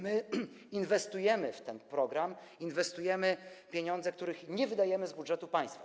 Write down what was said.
My inwestujemy w ten program, inwestujemy pieniądze, których nie wydajemy z budżetu państwa.